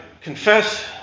confess